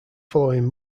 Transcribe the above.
following